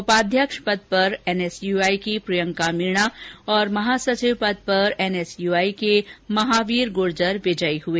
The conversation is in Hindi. उपाध्यक्ष पद पर एनएसयूआई की प्रियंका मीणा तथा महासचिव पद पर एनएसयूआई के महावीर गूर्जर विजयी हुए